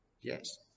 Yes